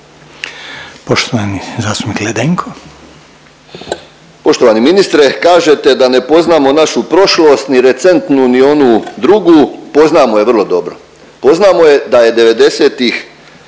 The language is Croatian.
Poštovani zastupnik Ledenko.